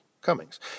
Cummings